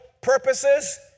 purposes